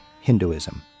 Hinduism